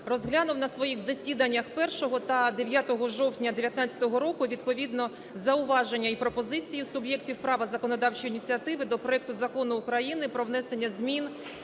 розглянув на своїх засіданнях 1-го та 9 жовтня 19-го року відповідно зауваження і пропозиції суб'єктів права законодавчої ініціативи до проекту Закону України про внесення змін